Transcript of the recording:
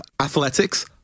athletics